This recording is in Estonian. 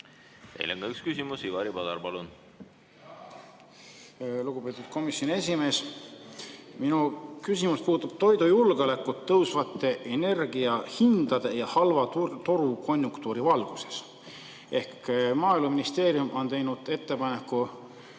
Teile on ka üks küsimus. Ivari Padar, palun! Lugupeetud komisjoni esimees! Minu küsimus puudutab toidujulgeolekut tõusvate energiahindade ja halva turukonjunktuuri valguses. Maaeluministeerium on teinud ettepaneku